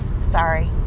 sorry